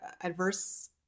adverse